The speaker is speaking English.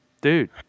Dude